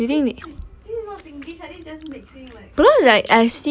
eh this is this is not singlish I think is just mixing like different language